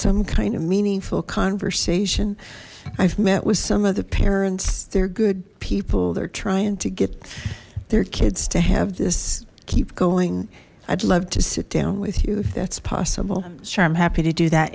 some kind of meaningful conversation i've met with some of the parents they're good people they're trying to get their kids to have this keep going i'd love to sit down with you if that's possible sure i'm happy to do that